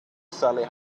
sally